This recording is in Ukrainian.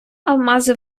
алмази